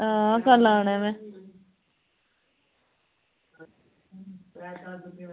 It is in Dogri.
हां कल्ल आना में